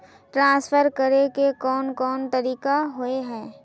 Transfer करे के कोन कोन तरीका होय है?